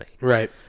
Right